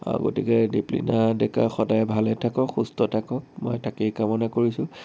আও গতিকে দীপলিনা ডেকা সদায় ভালে থাকক সুস্থ থাকক মই তাকেই কামনা কৰিছো